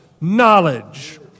knowledge